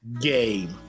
game